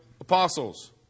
apostles